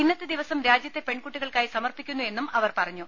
ഇന്നത്തെ ദിവസം രാജ്യത്തെ പെൺകുട്ടികൾക്കായി സമർപ്പിക്കുന്നു എന്നും അവർ പറഞ്ഞു